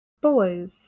boys